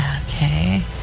Okay